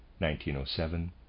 1907